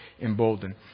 emboldened